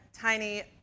tiny